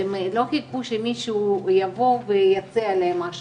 הם לא חיכו שמישהו יבוא ויציע להם משהו,